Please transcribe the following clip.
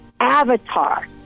Avatar